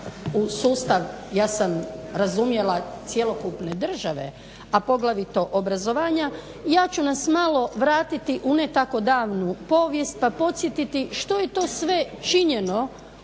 u sustav, ja sam razumjela cjelokupne države, a poglavito obrazovanja, ja ću nas malo vratiti u ne tako davnu povijest pa podsjetiti što je to sve činjeno